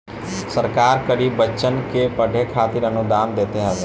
सरकार गरीब बच्चन के पढ़े खातिर अनुदान देत हवे